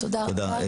תודה רבה.